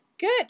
Good